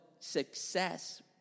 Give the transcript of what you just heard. Success